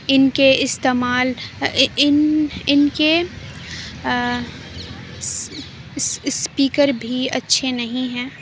ان کے استعمال ان ان کے اسپیکر بھی اچھے نہیں ہیں